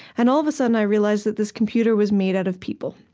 and all of a sudden i realized that this computer was made out of people.